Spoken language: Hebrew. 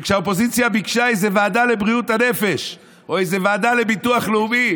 וכשהאופוזיציה ביקשה איזו ועדה לבריאות הנפש או איזה ועדה לביטוח לאומי,